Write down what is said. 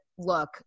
look